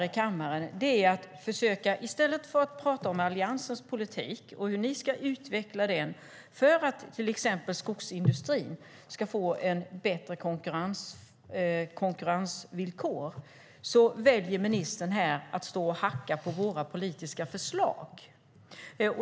I stället för att tala om Alliansens politik och hur den ska utveckla den för att till exempel skogsindustrin ska få bättre konkurrensvillkor väljer ministern att stå här i kammaren och hacka på våra politiska förslag.